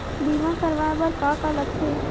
बीमा करवाय बर का का लगथे?